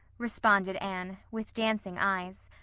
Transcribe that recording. responded anne, with dancing eyes.